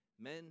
Men